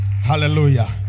Hallelujah